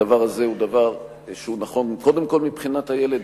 הדבר הזה הוא דבר נכון קודם כול מבחינת הילד,